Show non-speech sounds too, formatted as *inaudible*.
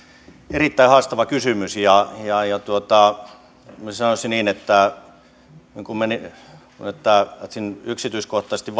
erittäin haastava kysymys sanoisin niin että jos pyritään yksityiskohtaisesti *unintelligible*